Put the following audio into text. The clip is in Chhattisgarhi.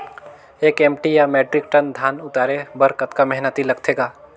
एक एम.टी या मीट्रिक टन धन उतारे बर कतका मेहनती लगथे ग?